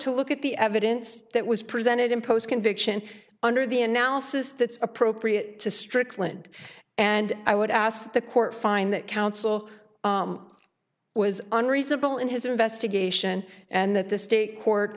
to look at the evidence that was presented in post conviction under the analysis that's appropriate to strickland and i would ask the court find that counsel was unreasonable in his investigation and that the state